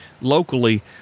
locally